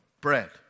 bread